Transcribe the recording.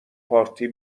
پارتی